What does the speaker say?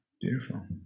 beautiful